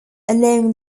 along